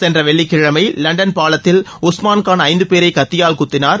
சென்ற வெள்ளிக்கிழமை லண்டன் பாலத்தில் உஸ்மான் கான் ஐந்து பேரை கத்தியால் குத்தினார்